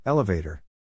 Elevator